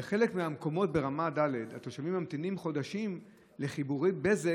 בחלק מהמקומות ברמה ד' התושבים ממתינים חודשים לחיבור בזק,